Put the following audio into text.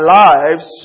lives